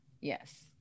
Yes